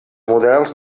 models